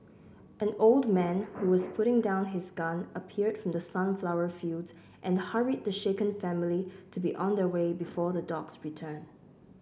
an old man who was putting down his gun appeared from the sunflower fields and hurried the shaken family to be on their way before the dogs return